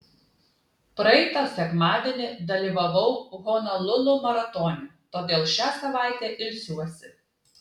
praeitą sekmadienį dalyvavau honolulu maratone todėl šią savaitę ilsiuosi